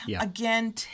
Again